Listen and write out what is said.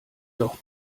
doch